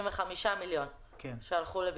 שבוזבזו.